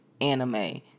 anime